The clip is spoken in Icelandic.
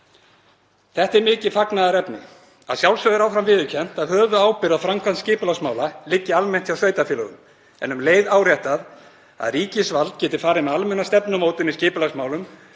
Þetta er mikið fagnaðarefni. Að sjálfsögðu er áfram viðurkennt að höfuðábyrgð á framkvæmd skipulagsmála liggi almennt hjá sveitarfélögunum en um leið áréttað að ríkisvald geti farið með almenna stefnumótun í skipulagsmálum